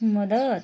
मदत